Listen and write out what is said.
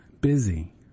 busy